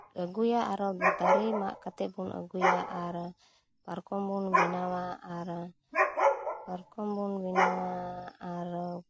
ᱟᱹᱜᱩᱭᱟ ᱟᱨᱚ ᱫᱟᱨᱮ ᱢᱟᱜ ᱠᱟᱛᱮ ᱵᱚᱱ ᱟᱹᱜᱩᱭᱟ ᱟᱨ ᱯᱟᱨᱠᱚᱢ ᱵᱚᱱ ᱵᱮᱱᱟᱣᱟ ᱟᱨ ᱯᱟᱨᱠᱚᱢ ᱵᱚᱱ ᱵᱮᱱᱟᱣᱟ ᱟᱨ